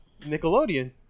Nickelodeon